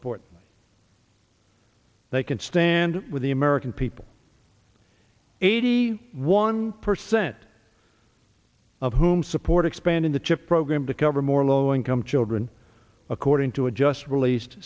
importantly they can stand with the american people eighty one percent of whom support expanding the chip program to cover more low income children according to a just released